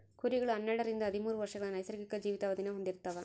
ಕುರಿಗಳು ಹನ್ನೆರಡರಿಂದ ಹದಿಮೂರು ವರ್ಷಗಳ ನೈಸರ್ಗಿಕ ಜೀವಿತಾವಧಿನ ಹೊಂದಿರ್ತವ